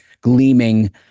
gleaming